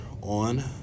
on